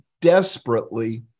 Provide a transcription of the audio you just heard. desperately